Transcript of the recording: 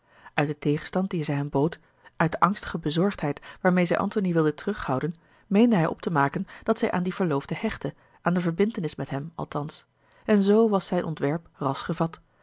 uit den tegenstand dien zij hem bood uit de angstige bezorgdheid waarmeê zij antony wilde terughouden meende hij op te maken dat zij aan dien verloofde hechtte aan de verbintenis met hem althans en zoo was zijn ontwerp ras gevat